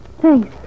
Thanks